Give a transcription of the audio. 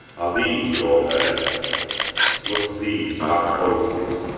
are these your herd must these have voices,